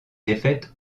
défaite